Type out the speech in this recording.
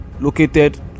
located